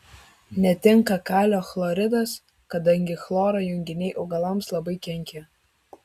netinka kalio chloridas kadangi chloro junginiai augalams labai kenkia